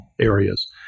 areas